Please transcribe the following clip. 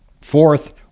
Fourth